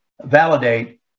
validate